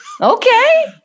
Okay